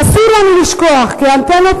אסור לנו לשכוח כי האנטנות,